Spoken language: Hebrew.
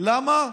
למה?